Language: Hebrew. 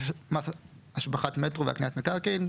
מס השבחת מטרו והקניית מקרקעין".